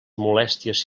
molèsties